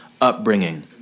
upbringing